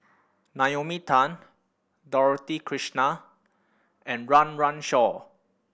Naomi Tan Dorothy Krishnan and Run Run Shaw